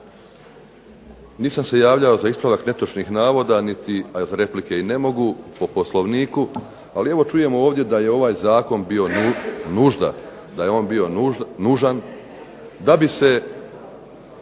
Nisam se javljao za ispravak netočnih navoda, a replike i ne mogu po Poslovniku, ali evo čujem ovdje da je ovaj zakon bio nužda, da je